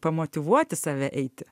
pamotyvuoti save eiti